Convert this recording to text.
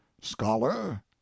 scholar